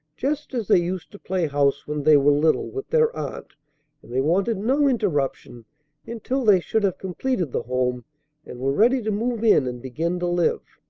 just as they used to play house when they were little, with their aunt and they wanted no interruption until they should have completed the home and were ready to move in and begin to live.